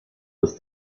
was